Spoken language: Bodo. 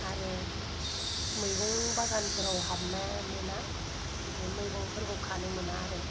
आरो मैगं बागानफोराव हाबनो मोना बिदि मैगंफ्रोरखौ खानो मोना आरो